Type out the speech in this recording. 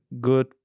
good